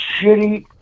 shitty